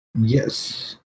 Yes